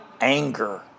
anger